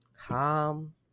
calm